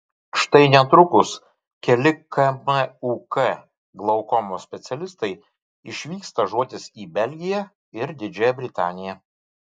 štai netrukus keli kmuk glaukomos specialistai išvyks stažuotis į belgiją ir didžiąją britaniją